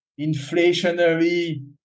inflationary